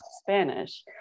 Spanish